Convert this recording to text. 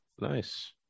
Nice